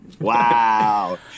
Wow